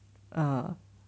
uh